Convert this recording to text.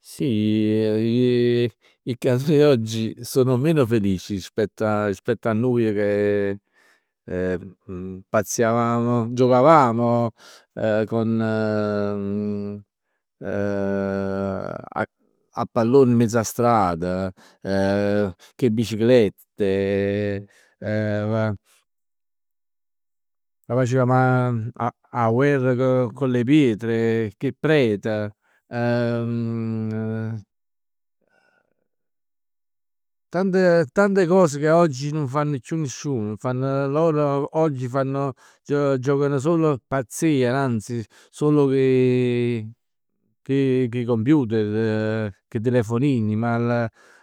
Sì, 'e creatur 'e oggi sono meno felici rispetto a, rispetto a nuje che pazziavamo, giocavamo eh con a a pallone miezz 'a strad, cu 'e biciclette, capace 'e fa 'a 'a guerr con le pietre, cu 'e pret. Tante, tante cose che oggi nun fann chiù nisciun, nun fanno loro, oggi fanno loro giocano solo, pazzeano anzi solo cu 'e, cu 'e computer, cu 'e telefonini. Ma